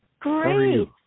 Great